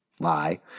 lie